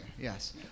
Yes